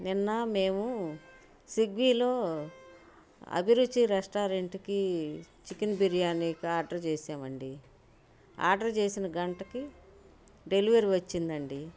నిన్న మేము స్విగ్గీలో అభిరుచి రెస్టారెంట్కి చికెన్ బిర్యాని ఆర్డర్ చేశామండి ఆర్డర్ చేసిన గంటకి డెలివరీ వచ్చిందండి